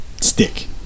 stick